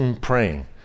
praying